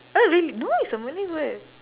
oh really no it's a malay word